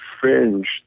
fringe